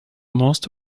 most